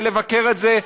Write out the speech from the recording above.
לבקר את זה,